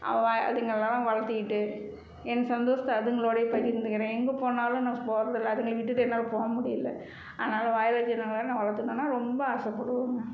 அவ அதுங்களெலாம் வளர்த்திக்கிட்டு என் சந்தோசத்தை அதுங்களோடையே பகிர்ந்துக்கிறேன் எங்கே போனாலும் நான் போகிறதில்ல அதுங்களை விட்டுவிட்டு என்னால் போ முடியிலை அதனால் வாயில்லா ஜீவனை வேறு நாங்கள் வளர்த்தணுன்னா ரொம்ப ஆசைப்படுவோங்க